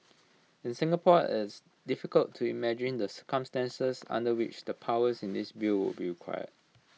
in Singapore IT is difficult to imagine the circumstances under which the powers in this bill would be required